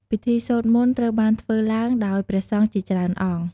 ពិធីសូត្រមន្តត្រូវបានធ្វើឡើងដោយព្រះសង្ឃជាច្រើនអង្គ។